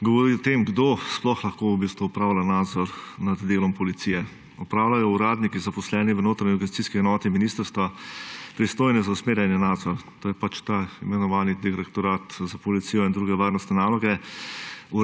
govori o tem, kdo sploh lahko v bistvu upravlja nadzor nad delom policije. Opravljajo ga uradniki, zaposleni v notranji organizacijski enoti ministrstva, pristojni za usmerjanje in nadzor. To je pač ta imenovani Direktorat za policijo in druge varnostne naloge.